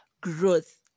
growth